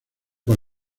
con